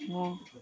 ମୁଁ